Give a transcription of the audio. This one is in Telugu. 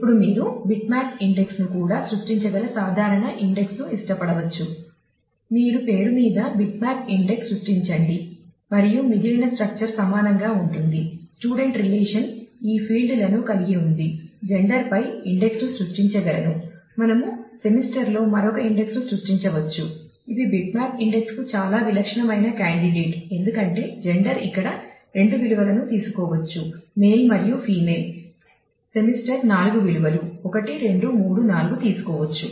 ఇప్పుడు మీరు బిట్మ్యాప్ ఇండెక్స్ 4 విలువలు 1 2 3 4 తీసుకోవచ్చు